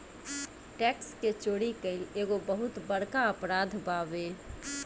tax के चोरी कईल एगो बहुत बड़का अपराध बावे